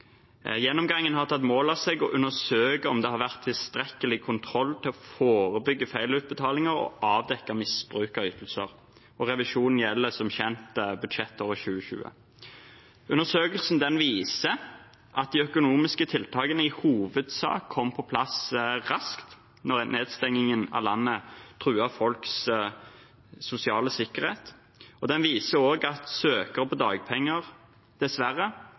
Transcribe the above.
Gjennomgangen har tatt mål av seg å undersøke om det har vært tilstrekkelig kontroll til å forebygge feilutbetalinger og avdekke misbruk av ytelser. Revisjonen gjelder som kjent budsjettåret 2020. Undersøkelsen viser at de økonomiske tiltakene i hovedsak kom på plass raskt da nedstengningen av landet truet folks sosiale sikkerhet. Den viser også at søkere på dagpenger dessverre